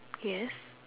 yes